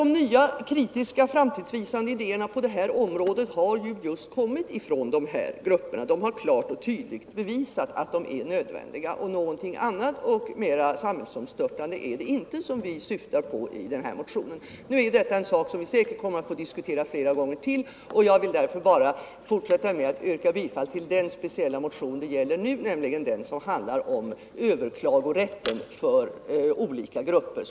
De nya kritiskt framtidsvisande idéerna har just kommit från dessa grupper, som klart och tydligt har bevisat att sådana nya centra är nödvändiga. Något annat och mera samhällsomstörtande är det inte som vi syftar till med vår motion. Nu är ju detta en fråga som vi säkert kommer att få diskutera flera gånger, och därför vill jag sluta med att bara yrka bifall till den speciella motion som det här gäller, nämligen den som handlar om överklagorätt för olika grupper.